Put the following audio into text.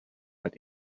but